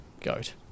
Goat